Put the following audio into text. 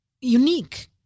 unique